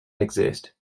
exist